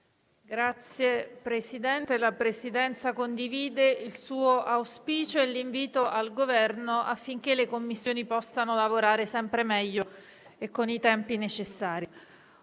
finestra"). La Presidenza condivide il suo auspicio e l'invito al Governo, affinché le Commissioni possano lavorare sempre meglio e con i tempi necessari.